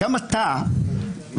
גם אתה ואתם,